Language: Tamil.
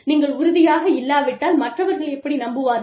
நீங்களே உறுதியாக இல்லாவிட்டால் மற்றவர்கள் எப்படி நம்புவார்கள்